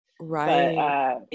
right